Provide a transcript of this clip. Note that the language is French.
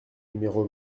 numéro